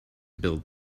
build